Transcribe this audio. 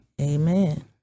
Amen